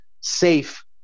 safe